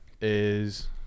is-